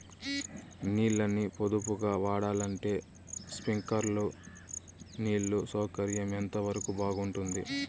నీళ్ళ ని పొదుపుగా వాడాలంటే స్ప్రింక్లర్లు నీళ్లు సౌకర్యం ఎంతవరకు బాగుంటుంది?